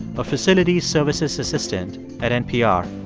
a facility services assistant at npr.